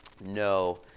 No